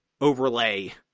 overlay